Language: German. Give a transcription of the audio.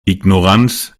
ignoranz